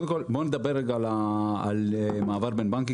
קודם כל בואו נדבר רגע על מעבר בין בנקים